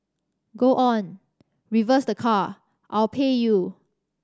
go on reverse the car I'll pay you